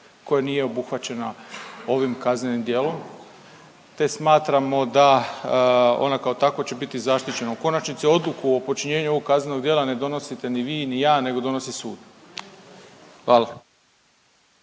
koji nije obuhvaćena ovim kaznenim djelom te smatramo da ona kao takva će biti zaštićena. U konačnici, odluku o počinjenju ovog kaznenog djela ne donosite ni vi ni ja nego donosi sud. Hvala.